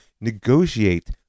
negotiate